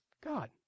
God